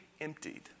emptied